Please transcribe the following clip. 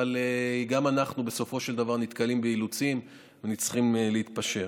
אבל גם אנחנו בסופו של דבר נתקלים באילוצים וצריכים להתפשר.